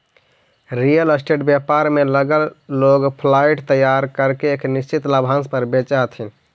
real estate व्यापार में लगल लोग फ्लाइट तैयार करके एक निश्चित लाभांश पर बेचऽ हथी